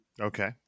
okay